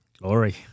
glory